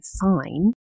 fine